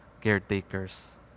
caretakers